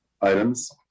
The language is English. items